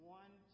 one